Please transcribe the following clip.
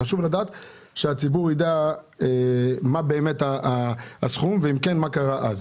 חשוב שהציבור ידע מה הסכומים האמיתיים.